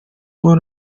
bwo